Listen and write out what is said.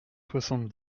soixante